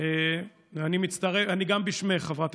אני מצטרפת לברכות.